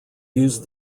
used